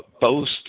boast